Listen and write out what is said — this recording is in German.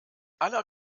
aller